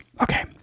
Okay